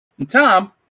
Tom